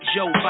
Joe